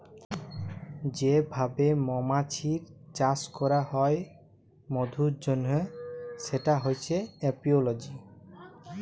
যে ভাবে মমাছির চাষ ক্যরা হ্যয় মধুর জনহ সেটা হচ্যে এপিওলজি